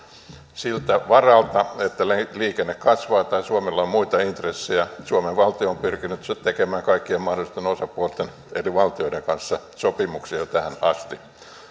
siltä varalta että liikenne kasvaa tai suomella on muita intressejä suomen valtio on pyrkinyt tekemään kaikkien mahdollisten osapuolten eri valtioiden kanssa sopimuksia jo tähän asti